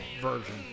version